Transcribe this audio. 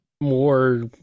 more